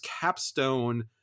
capstone